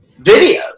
videos